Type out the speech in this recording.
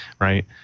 right